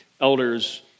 elders